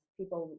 people